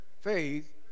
faith